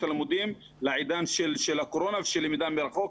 הלימודים לעידן של הקורונה ושל למידה מרחוק.